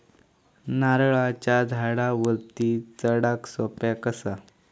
नारळाच्या झाडावरती चडाक सोप्या कसा?